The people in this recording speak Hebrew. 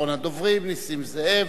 אחרון הדוברים, נסים זאב,